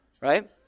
Right